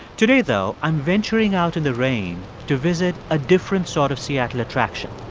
today, though, i'm venturing out in the rain to visit a different sort of seattle attraction.